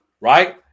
right